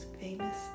famous